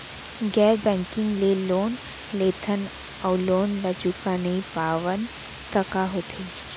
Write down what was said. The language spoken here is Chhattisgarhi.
गैर बैंकिंग ले लोन लेथन अऊ लोन ल चुका नहीं पावन त का होथे?